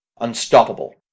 Unstoppable